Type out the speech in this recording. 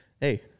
hey